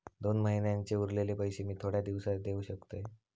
दोन महिन्यांचे उरलेले पैशे मी थोड्या दिवसा देव शकतय?